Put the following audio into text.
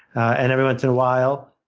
and every once in a while,